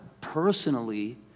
personally